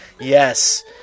Yes